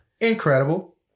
Incredible